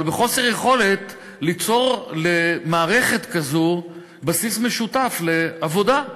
אבל בחוסר יכולת ליצור למערכת כזאת בסיס משותף לעבודה.